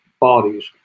bodies